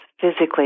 physically